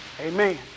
Amen